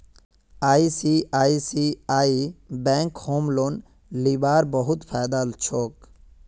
ICICI बैंकत home loan लीबार बहुत फायदा छोक